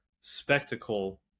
spectacle